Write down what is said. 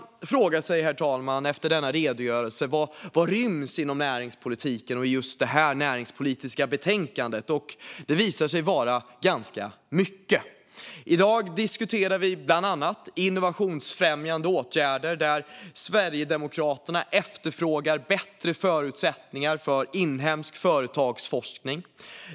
Efter denna redogörelse kan man fråga sig vad som ryms inom näringspolitiken och just detta näringspolitiska betänkande. Det visar sig vara ganska mycket. I dag diskuterar vi bland annat innovationsfrämjande åtgärder. Här efterfrågar Sverigedemokraterna bättre förutsättningar för inhemsk företagsforskning.